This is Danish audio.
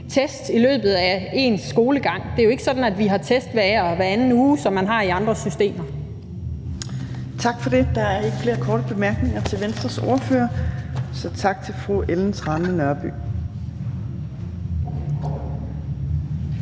test i løbet af én skolegang. Det er jo ikke sådan, at vi har test hver og hver anden uge, som man har i andre systemer. Kl. 14:53 Fjerde næstformand (Trine Torp): Tak for det. Der er ikke flere korte bemærkninger til Venstres ordfører, så tak til fru Ellen Trane Nørby.